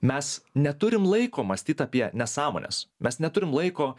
mes neturim laiko mąstyt apie nesąmones mes neturim laiko